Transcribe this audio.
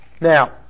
now